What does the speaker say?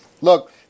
Look